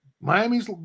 Miami's